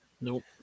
Nope